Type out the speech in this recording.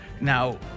now